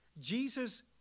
Jesus